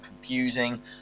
confusing